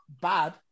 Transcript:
bad